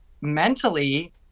mentally